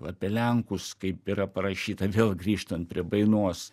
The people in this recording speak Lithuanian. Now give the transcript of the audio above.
apie lenkus kaip yra parašyta vėl grįžtant prie bainos